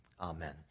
amen